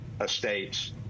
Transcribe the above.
estates